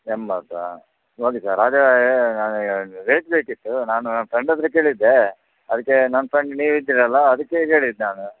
ಎಂಬತ್ತಾ ನೋಡಿ ಸರ್ ಅದೇ ನನಗೆ ರೇಟ್ ಬೇಕಿತ್ತು ನಾನು ನನ್ನ ಫ್ರೆಂಡ್ ಹತ್ರ ಕೇಳಿದ್ದೆ ಅದಕ್ಕೆ ನನ್ನ ಫ್ರೆಂಡ್ ನೀವು ಇದ್ದೀರಲ್ಲ ಅದಕ್ಕೆ ಕೇಳಿದ್ದು ನಾನು